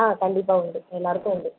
ஆ கண்டிப்பாக உண்டு எல்லோருக்கும் உண்டு